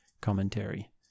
commentary